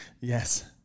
Yes